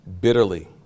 bitterly